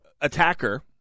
attacker